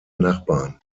nachbarn